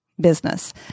business